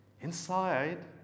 inside